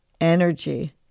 energy